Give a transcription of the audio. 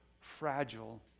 fragile